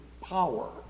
power